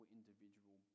individual